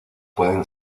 pueden